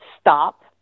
stop